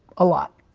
a lot,